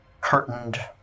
curtained